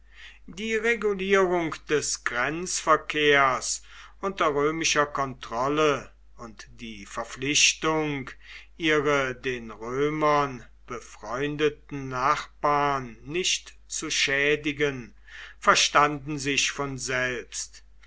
die regulierung des grenzverkehrs unter römischer kontrolle und die verpflichtung ihre den römern befreundeten nachbarn nicht zu schädigen verstanden sich von selbst